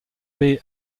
bay